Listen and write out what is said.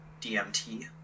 DMT